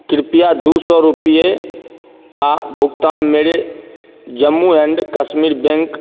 कृपया दो सौ रुपये का भुगतान मेरे जम्मू एंड कश्मीर बैंक